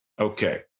Okay